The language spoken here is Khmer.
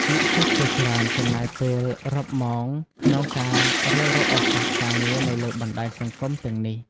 និស្សិតជាច្រើនចំណាយពេលរាប់ម៉ោងក្នុងការរាវរកឱកាសការងារនៅលើបណ្ដាញសង្គមទាំងនេះ។